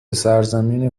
سرزمین